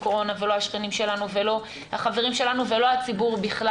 מקורונה ולא השכנים שלנו ולא החברים שלנו ולא הציבור בכלל.